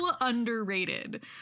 underrated